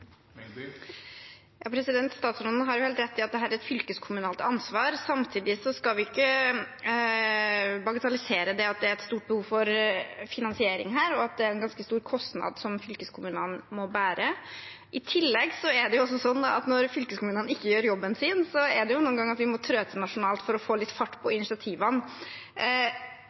Statsråden har helt rett i at dette er et fylkeskommunalt ansvar. Samtidig skal vi ikke bagatellisere at det er et stort behov for finansiering, og at det er en ganske stor kostnad som fylkeskommunene må bære. I tillegg er det sånn at når fylkeskommunene ikke gjør jobben sin, må vi noen ganger trå til nasjonalt for å få litt fart på initiativene.